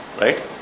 right